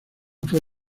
fue